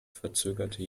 verzögerte